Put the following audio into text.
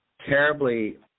terribly